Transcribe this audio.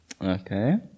Okay